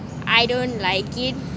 I don't like it